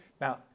Now